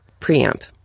preamp